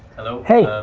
hello. hey.